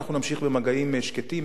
אנחנו נמשיך במגעים שקטים.